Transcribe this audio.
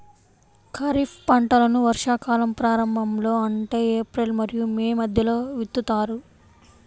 ఖరీఫ్ పంటలను వర్షాకాలం ప్రారంభంలో అంటే ఏప్రిల్ మరియు మే మధ్యలో విత్తుతారు